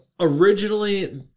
Originally